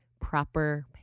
proper